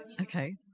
Okay